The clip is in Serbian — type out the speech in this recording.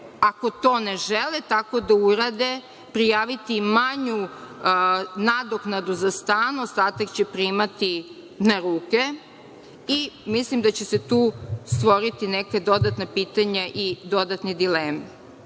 ako to ne žele tako da urade, prijaviti manju nadoknadu za stan, ostatak će primati na ruke i mislim da će se tu stvoriti neka dodatna pitanja i dodatne dileme. Kada